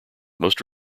most